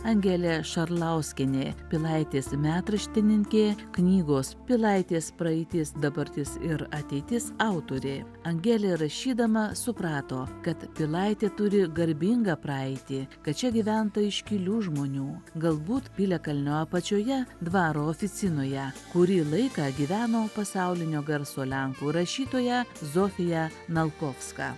angelė šarlauskienė pilaitės metraštininkė knygos pilaitės praeitis dabartis ir ateitis autorė angelė rašydama suprato kad pilaitė turi garbingą praeitį kad čia gyventa iškilių žmonių galbūt piliakalnio apačioje dvaro oficinoje kurį laiką gyveno pasaulinio garso lenkų rašytoja zofija nalkovska